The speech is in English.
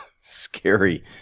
scary